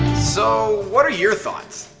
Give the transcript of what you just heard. so what are your thoughts?